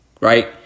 right